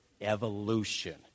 evolution